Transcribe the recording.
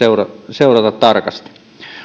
seurata tarkasti